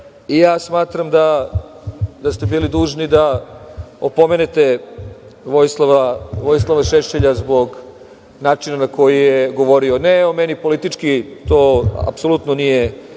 tako. Smatram da ste bili dužni da opomenete Vojislava Šešelja zbog načina na koji je govorio. Ne o meni politički, to apsolutno nije